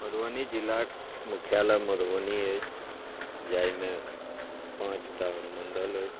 मधुबनी जिलाके मुख्यालय मधुबनी अइ जाहिमे पाँच टा अनुमण्डल अइ आओर